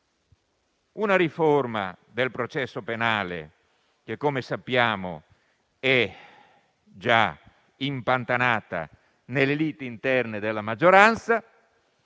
Una riforma del processo penale che, come sappiamo, è già impantanata nelle liti interne della maggioranza